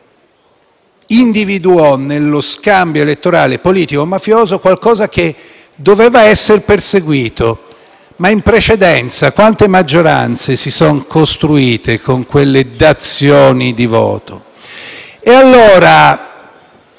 individuò nello scambio elettorale politico-mafioso qualcosa che doveva essere perseguito, ma in precedenza quante maggioranze si sono costruite con quelle dazioni di voto? E allora